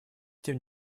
тем